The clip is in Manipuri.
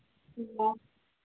ꯑꯣ